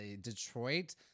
Detroit